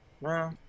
no